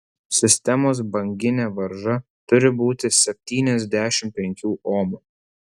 sistemos banginė varža turi būti septyniasdešimt penkių omų